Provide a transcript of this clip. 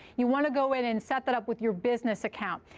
you want to go in and set that up with your business account.